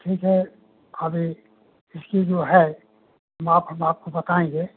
ठीक है अभी इसकी जो है माप हम आपको बताएँगे